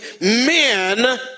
men